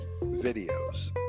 videos